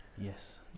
yes